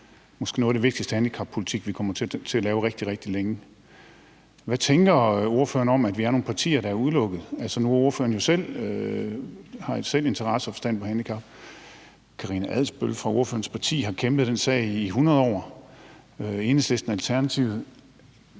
noget af den måske vigtigste handicappolitik, vi kommer til at lave i rigtig, rigtig lang tid. Hvad tænker ordføreren om, at vi er nogle partier, der er udelukket? Nu har ordføreren jo selv en interesse for og forstand på handicapområdet, og Karina Adsbøl fra ordførerens parti har kæmpet den sag i hundrede år, og vi har i Enhedslisten, Alternativet